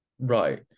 right